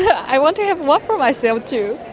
i want to have one for myself too.